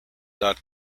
dot